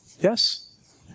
Yes